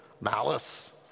Malice